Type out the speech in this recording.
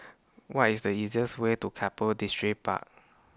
What IS The easiest Way to Keppel Distripark